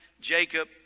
Jacob